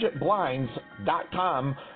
budgetblinds.com